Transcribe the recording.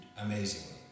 amazingly